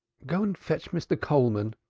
go and fetch mr. coleman,